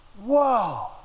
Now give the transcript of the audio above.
Whoa